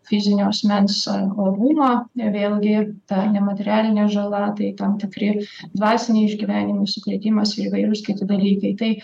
fizinio asmens orumą vėlgi ta nematerialinė žala tai tam tikri dvasiniai išgyvenimai sukrėtimas ir įvairūs kiti dalykai tai